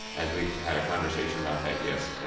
as we had a conversation about that, yes,